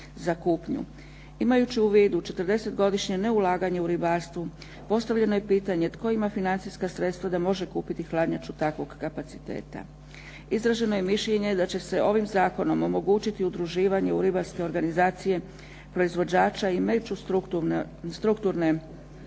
Imajući u vidu 40-godišnje neulaganje u ribarstvu postavljeno je pitanje tko ima financijska sredstva d amože kupiti hladnjaču takvog kapaciteta. Izraženo je mišljenje da će se ovim Zakonom omogućiti udruživanje u ribarske organizacije proizvođača i međustrukturne strukovne organizacije